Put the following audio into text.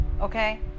okay